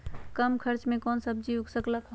कम खर्च मे कौन सब्जी उग सकल ह?